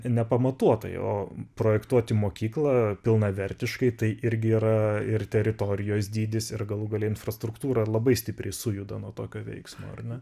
nepamatuotai o projektuoti mokyklą pilnavertiškai tai irgi yra ir teritorijos dydis ir galų gale infrastruktūra labai stipriai sujudo nuo tokio veiksmo ar ne